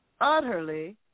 utterly